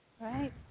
Right